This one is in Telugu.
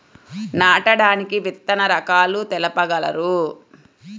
నాటడానికి విత్తన రకాలు తెలుపగలరు?